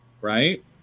Right